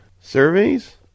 Surveys